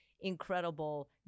incredible